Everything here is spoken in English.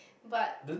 but